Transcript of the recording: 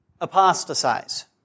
apostatize